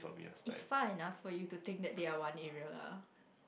it's far enough for you to think that they are one area lah